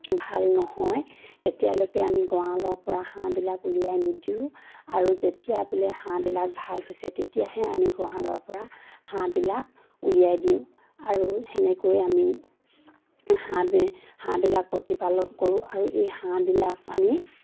ভাল নহয় তেতিয়ালৈকে আমি গঁড়লৰ পৰা হাঁহবিলাক উলিয়াই নিদিওঁ আৰু যেতিয়া বোলে হাঁহবিলাক ভাল হৈছে তেতিয়াহে আমি গঁড়ালৰ পৰা হাঁহবিলাক উলিয়াই দিওঁ আৰু সেনেকৈ আমি হাঁহ হাঁহবিলাক প্ৰতিপালন কৰোঁ আৰু এই হাঁহবিলাক আমি